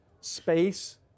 space